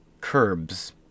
curbs